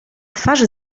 twarzy